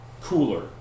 cooler